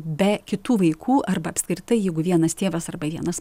be kitų vaikų arba apskritai jeigu vienas tėvas arba vienas